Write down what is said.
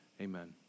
amen